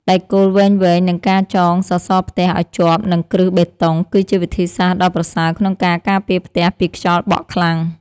ដែកគោលវែងៗ និងការចងសសរផ្ទះឱ្យជាប់នឹងគ្រឹះបេតុង គឺជាវិធីសាស្ត្រដ៏ប្រសើរក្នុងការការពារផ្ទះពីខ្យល់បក់ខ្លាំង។